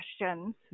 questions